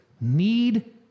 need